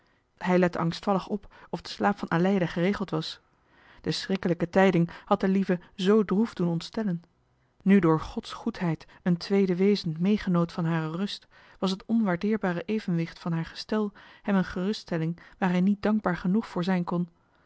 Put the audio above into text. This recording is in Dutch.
hij lette angstvallig op of de slaap van aleida geregeld was de schrikkelijke tijding had de lieve z droef doen ontstellen nu johan de meester de zonde in het deftige dorp door gods goedheid een tweede wezen meegenoot van hare rust was het onwaardeerbare evenwicht van haar gestel hem een geruststelling waar hij niet dankbaar genoeg voor zijn kon